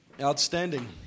Outstanding